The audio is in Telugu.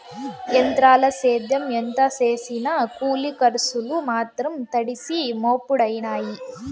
ఎంత్రాల సేద్యం ఎంత సేసినా కూలి కర్సులు మాత్రం తడిసి మోపుడయినాయి